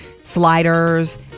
sliders